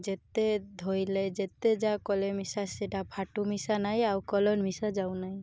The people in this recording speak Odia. ଯେତେ ଧୋଇଲେ ଯେତେ ଯାହା କଲେ ମିଶା ସେଇଟା ଫାଟୁ ମିଶା ନାହିଁ ଆଉ କଲର୍ ମିଶା ଯାଉନାହିଁ